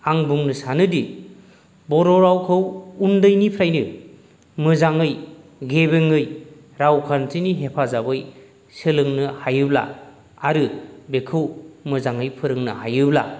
आं बुंनो सानोदि बर' रावखौ उन्दैनिफ्रायनो मोजाङै गेबेङै रावखान्थिनि हेफाजाबै सोलोंनो हायोब्ला आरो बेखौ मोजाङै फोरोंनो हायोब्ला